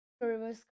reverse